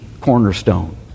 cornerstone